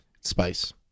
Spice